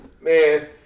man